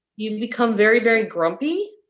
you become very, very grumpy